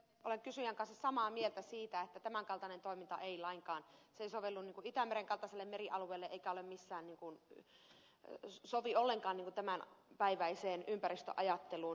olen kysyjän kanssa samaa mieltä siitä että tämänkaltainen toiminta ei lainkaan sovellu itämeren kaltaiselle merialueelle eikä se sovi ollenkaan tämänpäiväiseen ympäristöajatteluun